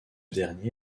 dernier